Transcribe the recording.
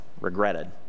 regretted